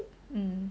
um